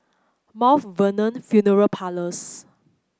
Vernon Funeral Parlours